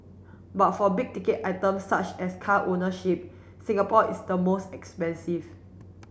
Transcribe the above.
but for big ticket items such as car ownership Singapore is the most expensive